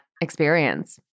experience